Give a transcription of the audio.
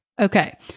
Okay